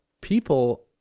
people